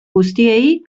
guztiei